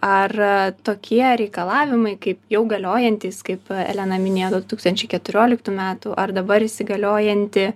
ar tokie reikalavimai kaip jau galiojantys kaip elena minėjo nuo du tūkstančiai keturioliktų metų ar dabar įsigaliojanti